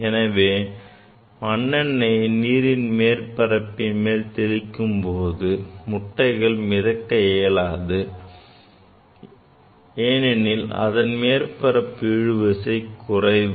எனவே மண்ணெண்ணையை நீர்ப்பரப்பின் மேல் தெளிக்கும் போது முட்டைகள் மிதக்க இயலாது ஏனெனில் அதன் மேற்பரப்பு இழுவிசை குறைவு